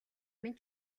минь